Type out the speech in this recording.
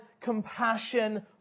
compassion